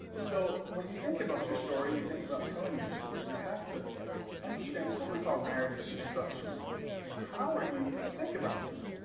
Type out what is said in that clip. so when you think about your story, you think about telling your story, and you have to understand it's what we call narrative construction you know how are you? if you think about this.